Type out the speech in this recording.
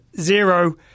zero